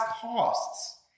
costs